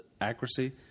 accuracy